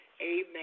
Amen